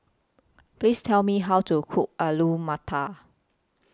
Please Tell Me How to Cook Alu Matar